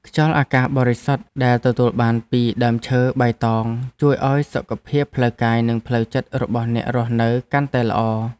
ខ្យល់អាកាសបរិសុទ្ធដែលទទួលបានពីដើមឈើបៃតងជួយឱ្យសុខភាពផ្លូវកាយនិងផ្លូវចិត្តរបស់អ្នករស់នៅកាន់តែល្អ។